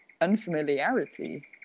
unfamiliarity